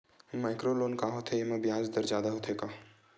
Micro loan का होथे येमा ब्याज दर जादा होथे का?